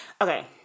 Okay